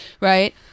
right